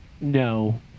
no